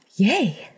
Yay